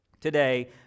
today